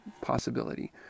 possibility